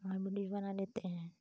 वहाँ विडियो बना लेते हैं